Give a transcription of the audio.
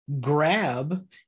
grab